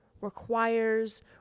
requires